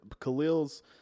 khalil's